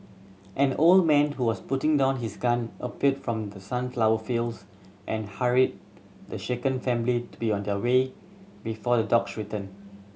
an old man who was putting down his gun appeared from the sunflower fields and hurried the shaken family to be on their way before the dogs return